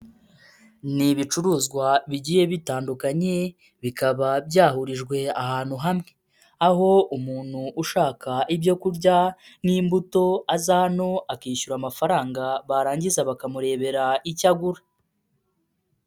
Ni bicuruzwa bigiye bitandukanye bikaba byahurijwe ahantu hamwe, aho umuntu ushaka ibyo kurya nk'imbuto aza hano akishyura amafaranga barangiza bakamurebera icyo agura.